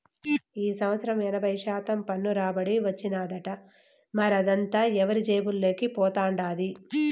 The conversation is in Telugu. ఈ సంవత్సరం ఎనభై శాతం పన్ను రాబడి వచ్చినాదట, మరదంతా ఎవరి జేబుల్లోకి పోతండాది